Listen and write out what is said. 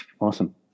Awesome